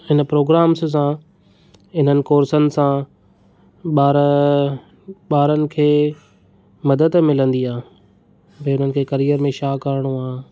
हिन प्रोग्राम्स सां हिननि कोर्सनि सां ॿार ॿारनि खे मदद मिलंदी आहे भई हुननि खे करियर में छा करणो आहे